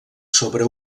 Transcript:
sobre